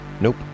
Nope